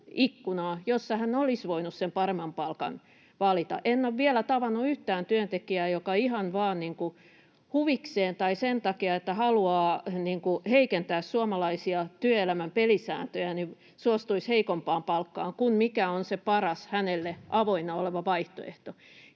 jossa hän olisi voinut sen paremman palkan valita. En ole vielä tavannut yhtään työntekijää, joka ihan vain huvikseen tai sen takia, että haluaa heikentää suomalaisia työelämän pelisääntöjä, suostuisi heikompaan palkkaan kuin mikä on hänelle se paras avoinna oleva vaihtoehto,